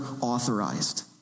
authorized